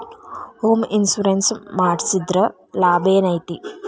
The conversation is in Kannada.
ಹೊಮ್ ಇನ್ಸುರೆನ್ಸ್ ಮಡ್ಸಿದ್ರ ಲಾಭೆನೈತಿ?